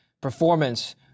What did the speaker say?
performance